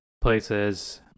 places